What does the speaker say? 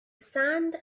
sand